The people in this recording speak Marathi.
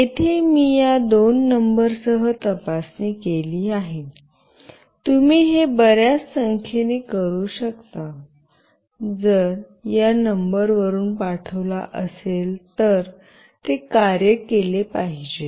येथे मी या दोन नंबरसह तपासणी केली आहे तुम्ही हे बर्याच संख्येने करू शकता जर या नंबर वरून पाठविला असेल तर ते कार्य केले पाहिजे